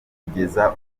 kugeza